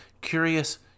Curious